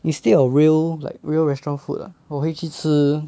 instead of real like real restaurant food ah 我会去吃